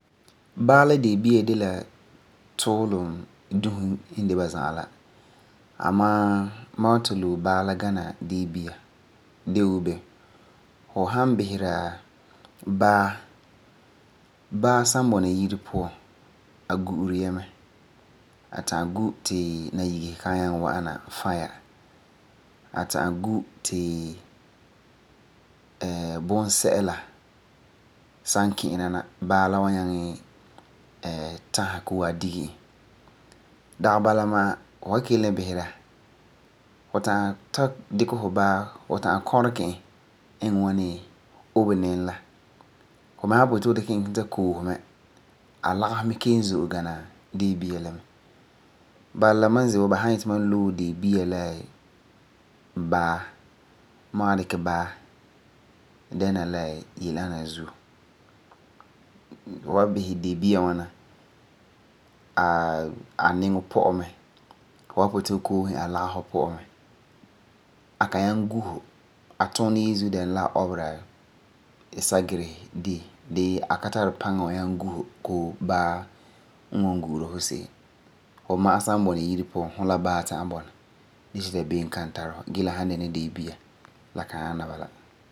Baa la deebia de la tuulum dusi n de ba za'a la, amaa ma wan ta loe baa la gana deebia. De wuu be, fu san bisera baa, baa san bɔna yire puan a gu'uri ya mɛ, a ta'am gu ti nayigesi kan ta'am wa'ana fae ya. A ta'am gu ti bunse'ela san kina na baa la wa nyaŋɛ tasɔ koo a dige e. Bala ma ze wa ba san yeti n loe deebia la baa ma wa loe la baa gee deebia a ka tari paŋa n was nyaŋɛ gu fu koo baa n was gu'ura fu se'em la. Fu ma'a san bɔna yire puan la baa ma'a ta'am bɔna gee ti dabeem kan tara fu gee la san dɛna deebia la kan ana bala.